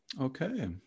Okay